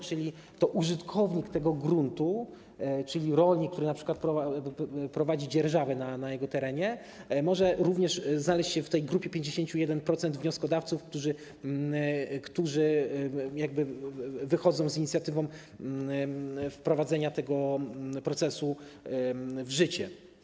Chodzi o to, że to użytkownik tego gruntu, czyli rolnik, który np. prowadzi dzierżawę na jego terenie, może również znaleźć się w tej grupie 51% wnioskodawców, którzy wychodzą z inicjatywą wprowadzenia tego procesu w życie.